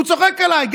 הוא צוחק עליי.